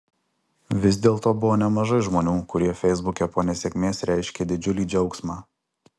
vis dėlto buvo nemažai žmonių kurie feisbuke po nesėkmės reiškė didžiulį džiaugsmą